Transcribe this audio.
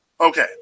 Okay